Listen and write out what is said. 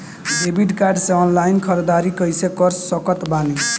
Debit card से online ख़रीदारी कैसे कर सकत बानी?